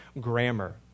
grammar